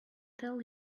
tell